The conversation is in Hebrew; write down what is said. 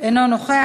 אינו נוכח.